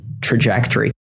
trajectory